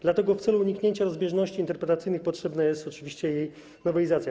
Dlatego w celu uniknięcia rozbieżności interpretacyjnych potrzebna jest oczywiście jej nowelizacja.